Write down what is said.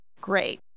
great